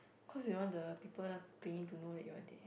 cause you don't want the people paying to know that you are there